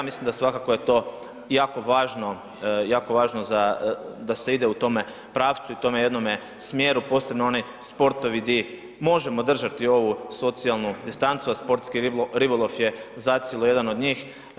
Mislim da svakako je to jako važno za, da se ide u tome pravcu i tome jednome smjeru, posebno onaj sportovi di možemo držati ovu socijalnu distancu, a sportski ribolov je zacijelo jedan od njih.